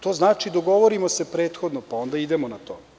To znači dogovorimo se prethodno pa onda idemo na to.